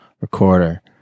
recorder